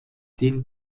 den